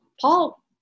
Paul